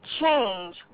change